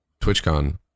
twitchcon